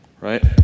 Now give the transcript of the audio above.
right